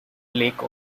lake